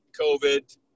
COVID